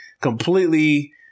completely